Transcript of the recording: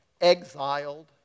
exiled